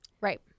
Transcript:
right